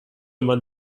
man